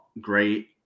great